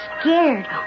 scared